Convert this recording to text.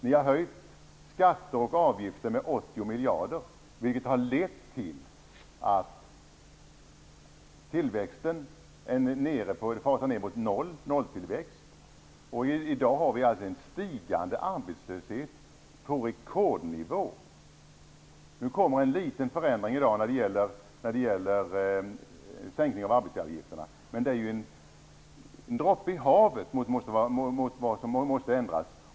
Ni har höjt skatter och avgifter med 80 miljarder, vilket har lett till att tillväxten fasar ner mot nolltillväxt. I dag har vi en stigande arbetslöshet på rekordnivå. Nu kommer en liten förändring i dag när det gäller sänkning av arbetsgivaravgifterna. Men det är en droppe i havet mot vad som måste ändras.